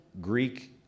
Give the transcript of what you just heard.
Greek